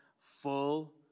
Full